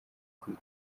kuri